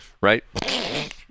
Right